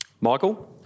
Michael